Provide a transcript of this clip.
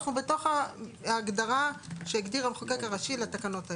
אנחנו בתוך ההגדרה שהגדיר המחוקק הראשי לתקנות האלה.